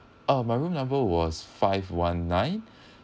uh my room number was five one nine